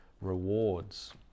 rewards